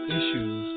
issues